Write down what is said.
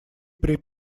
при